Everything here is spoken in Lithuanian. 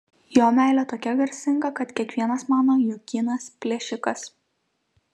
jo meilė tokia garsinga kad kiekvienas mano jog kynas plėšikas